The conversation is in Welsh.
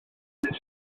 dydd